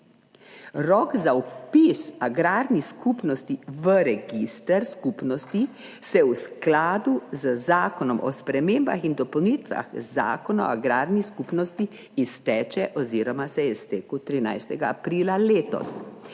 Rok za vpis agrarnih skupnosti v register skupnosti se v skladu z Zakonom o spremembah in dopolnitvah Zakona o agrarni skupnosti izteče oziroma se je iztekel 13. aprila letos,